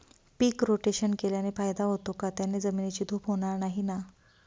पीक rotation केल्याने फायदा होतो का? त्याने जमिनीची धूप होणार नाही ना?